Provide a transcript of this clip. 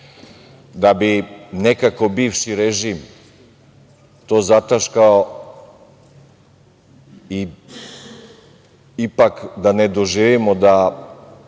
da bi nekako bivši režim to zataškao. Da ne doživimo da